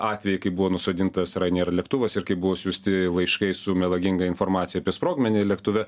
atvejį kai buvo nusodintas rainair lėktuvas ir kai buvo išsiųsti laiškai su melaginga informacija apie sprogmenį lėktuve